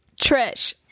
Trish